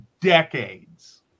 decades